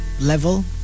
level